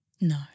no